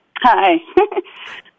Hi